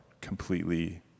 completely